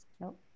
Nope